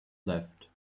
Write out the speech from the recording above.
left